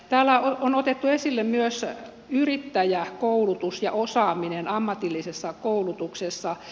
täällä on otettu esille myös yrittäjäkoulutus ja osaaminen ammatillisessa koulutuksessa